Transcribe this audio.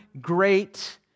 great